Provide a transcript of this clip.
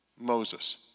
Moses